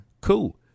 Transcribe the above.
Cool